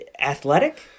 athletic